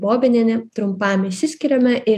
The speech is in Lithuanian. bobinienė trumpam išsiskiriame ir